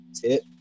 Tip